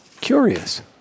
curious